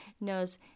knows